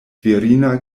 virina